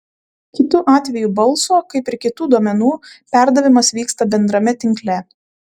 kitu atveju balso kaip ir kitų duomenų perdavimas vyksta bendrame tinkle